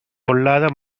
பொல்லாத